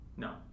No